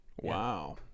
Wow